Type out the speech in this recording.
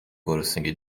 گرسنگی